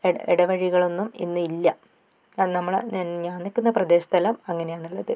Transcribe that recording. ഇട ഇടവഴികളൊന്നും ഇന്നില്ല കാരണം നമ്മൾ ഞാൻ നിൽക്കുന്ന പ്രദേശത്തെല്ലാം അങ്ങനെയാണുള്ളത്